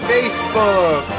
Facebook